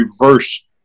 reverse